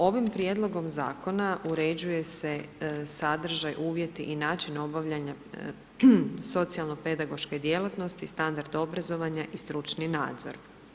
Ovim prijedlog zakona uređuje se sadržaj, uvjeti i način obavljanja socijalno pedagoške djelatnosti i standard obrazovanja i stručni nadzor.